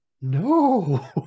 no